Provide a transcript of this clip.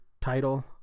title